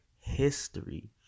history